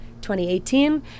2018